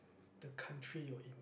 the country you're in